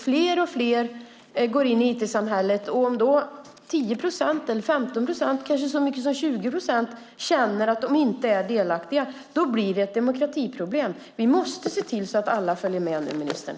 Fler och fler går in i IT-samhället, och om då 10 procent, 15 procent eller kanske så mycket som 20 procent känner att de inte är delaktiga blir det ett demokratiproblem. Vi måste se till så att alla följer med nu, ministern!